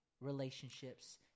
relationships